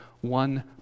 one